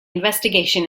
investigation